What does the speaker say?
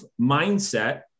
mindset